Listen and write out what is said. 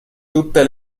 tutte